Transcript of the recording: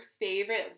favorite